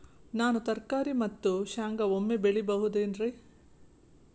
ನಾನು ತರಕಾರಿ ಮತ್ತು ಶೇಂಗಾ ಒಮ್ಮೆ ಬೆಳಿ ಬಹುದೆನರಿ?